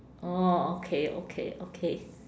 orh okay okay okay